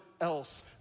else